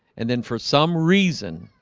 and then for some reason